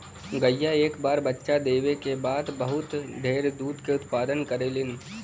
गईया एक बार बच्चा देवे क बाद बहुत ढेर दूध के उत्पदान करेलीन